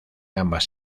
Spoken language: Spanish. ambas